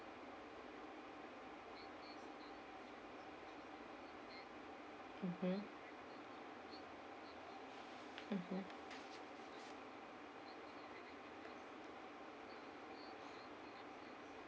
mmhmm mmhmm